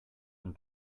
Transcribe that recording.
and